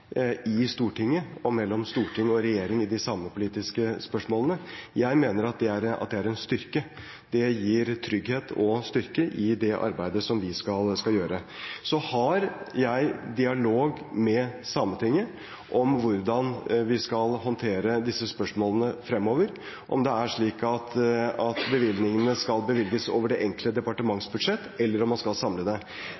i Stortinget og mellom storting og regjering i de samepolitiske spørsmålene. Jeg mener at det er en styrke. Det gir trygghet og styrke i det arbeidet som vi skal gjøre. Jeg har dialog med Sametinget om hvordan vi skal håndtere disse spørsmålene fremover, om det er slik at bevilgningene skal bevilges over det